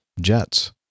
jets